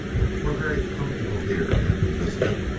we're very comfortable here, aunt elizabeth.